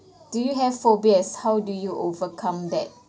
do you have phobias how do you overcome that